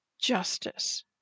justice